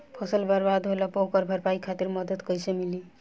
फसल बर्बाद होला पर ओकर भरपाई खातिर मदद कइसे मिली?